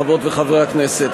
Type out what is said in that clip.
חברות וחברי הכנסת,